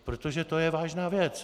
Protože to je vážná věc.